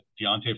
Deontay